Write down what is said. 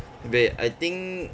but I think